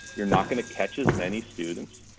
you're not gonna catch as many students.